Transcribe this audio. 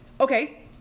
Okay